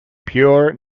pure